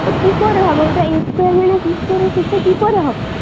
ও কী করে হবে ওটা এ স্কোয়ার মাইনাস বি স্কোয়ারের সূত্রে কী করে হবে